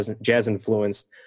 jazz-influenced